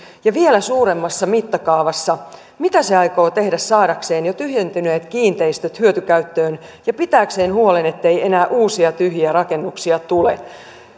ja vielä suuremmassa mittakaavassa mitä se aikoo tehdä saadakseen jo tyhjentyneet kiinteistöt hyötykäyttöön ja pitääkseen huolen ettei enää uusia tyhjiä rakennuksia tule